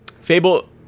Fable